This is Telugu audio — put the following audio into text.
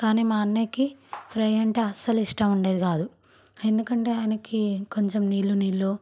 కానీ మా అన్నయ్యకి ఫ్రై అంటే అస్సలు ఇష్టం ఉండేది కాదు ఎందుకంటే ఆయనకి కొంచెం నీళ్ళు నీళ్ళు